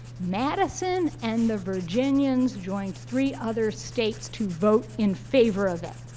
madison and the virginians joined three other states to vote in favor of it,